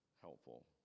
helpful